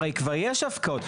הרי כבר יש הפקעות.